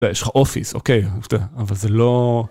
לא, יש לך אופיס, אוקיי, עובדה. אבל זה לא...